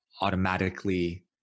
automatically